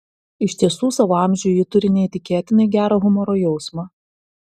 iš tiesų savo amžiui ji turi neįtikėtinai gerą humoro jausmą